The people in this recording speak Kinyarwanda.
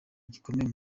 gikomeye